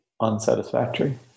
unsatisfactory